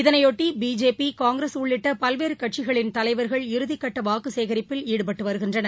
இதனையொட்டி BJP Congress உள்ளிட்ட பல்வேறு கட்சிகளின் தலைவர்கள் இறுதிக்கட்ட வாக்கு சேகரிப்பில் ஈடுபட்டு வருகின்றனர்